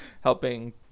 helping